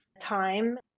time